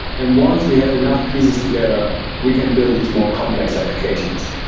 and once we have enough pieces together we can build these more complex applications.